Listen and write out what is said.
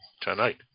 tonight